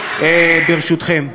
ברשותכם,